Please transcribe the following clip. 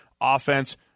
offense